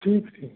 ठीक है